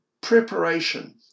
Preparation